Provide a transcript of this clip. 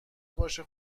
باشه